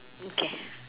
okay